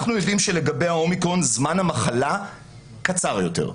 אנחנו יודעים שלגבי ה-אומיקרון זמן המחלה קצר יותר.